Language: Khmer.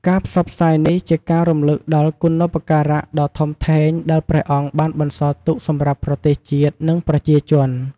ការផ្សព្វផ្សាយនេះជាការរំលឹកដល់គុណូបការៈដ៏ធំធេងដែលព្រះអង្គបានបន្សល់ទុកសម្រាប់ប្រទេសជាតិ និងប្រជាជន។